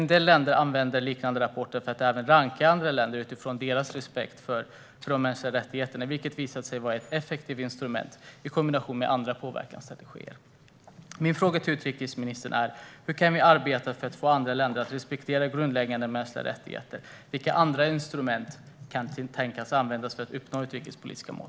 En del länder använder liknande rapporter för att ranka andra länder utifrån deras respekt för mänskliga rättigheter, vilket har visat sig vara ett effektivt instrument i kombination med andra påverkansstrategier. Hur kan vi arbeta för att få andra länder att respektera grundläggande mänskliga rättigheter? Vilka andra instrument kan tänkas användas för att uppnå utrikespolitiska mål?